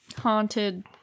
haunted